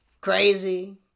crazy